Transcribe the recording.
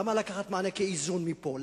למה לקחת מענקי איזון מפה,